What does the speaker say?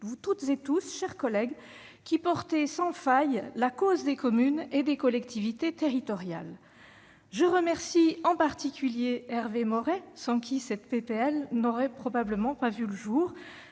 vous toutes et vous tous, mes chers collègues, qui portez sans faille la cause des communes et des collectivités territoriales. Je remercie en particulier Hervé Maurey, sans qui cette proposition de loi n'aurait probablement pas vu le jour.